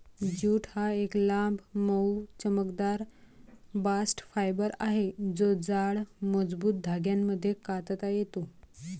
jute हा एक लांब, मऊ, चमकदार बास्ट फायबर आहे जो जाड, मजबूत धाग्यांमध्ये कातता येतो